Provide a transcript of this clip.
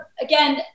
again